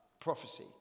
prophecy